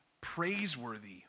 praiseworthy